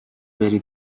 بری